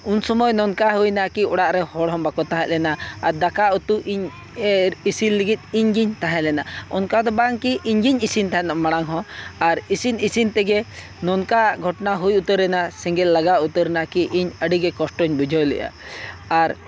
ᱩᱱ ᱥᱚᱢᱚᱭ ᱱᱚᱝᱠᱟ ᱦᱩᱭᱱᱟ ᱠᱤ ᱚᱲᱟᱜᱨᱮ ᱦᱚᱲᱦᱚᱸ ᱵᱟᱠᱚ ᱛᱟᱦᱮᱸᱞᱮᱱᱟ ᱟᱨ ᱫᱟᱠᱟᱼᱩᱛᱩ ᱤᱧ ᱤᱥᱤᱱ ᱞᱟᱹᱜᱤᱫ ᱤᱧᱜᱮᱧ ᱛᱟᱦᱮᱸᱞᱮᱱᱟ ᱚᱝᱠᱟᱫᱚ ᱵᱟᱝ ᱠᱤ ᱤᱧᱜᱮᱧ ᱤᱥᱤᱱ ᱛᱟᱦᱮᱱ ᱢᱟᱲᱟᱝ ᱦᱚᱸ ᱟᱨ ᱤᱥᱤᱱ ᱤᱥᱤᱱ ᱛᱮᱜᱮ ᱱᱚᱝᱠᱟ ᱜᱷᱚᱴᱚᱱᱟ ᱦᱩᱭ ᱩᱛᱟᱹᱨᱮᱱᱟ ᱥᱮᱸᱜᱮᱞ ᱞᱟᱜᱟᱣ ᱩᱛᱟᱹᱨᱮᱱᱟ ᱠᱤ ᱤᱧ ᱟᱹᱰᱤᱜᱮ ᱠᱚᱥᱴᱚᱧ ᱵᱩᱡᱷᱟᱹᱣ ᱞᱮᱫᱼᱟ ᱟᱨ